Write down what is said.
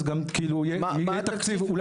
אז אולי גם יהיה בצדה תקציב.